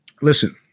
Listen